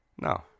No